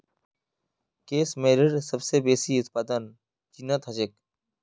case मेयरेर सबस बेसी उत्पादन चीनत ह छेक